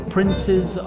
Princes